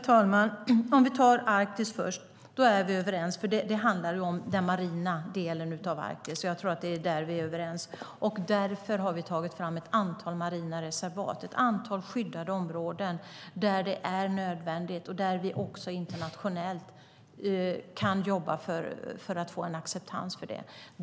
Herr talman! Låt oss börja med Arktis. Där är vi överens. Det handlar om den marina delen av Arktis. Därför har vi tagit fram ett antal marina reservat, skyddade områden, där det är nödvändigt och där vi kan jobba internationellt för att få acceptans för det.